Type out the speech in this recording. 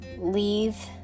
Leave